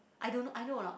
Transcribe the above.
I don't know I know or not